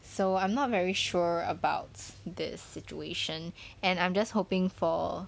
so I'm not very sure about the situation and I'm just hoping for